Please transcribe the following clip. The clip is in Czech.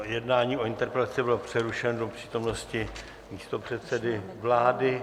Jednání o interpelaci bylo přerušeno do přítomnosti místopředsedy vlády.